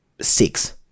six